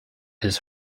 his